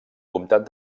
comtat